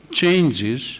changes